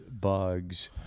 bugs